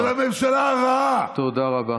-- של הממשלה הרעה -- תודה רבה.